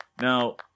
Now